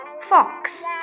Fox